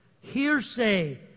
hearsay